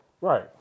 right